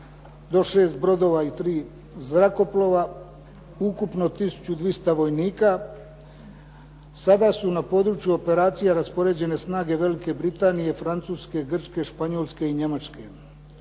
do šest brodova i tri zrakoplova, ukupno 1200 vojnika. Sada su na području operacija raspoređene snage Velike Britanije, Francuske, Grčke, Španjojolske i Njemačke.